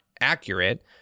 accurate